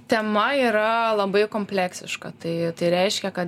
tema yra labai kompleksiška tai tai reiškia kad